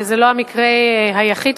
והם קוראים לזה סחבת,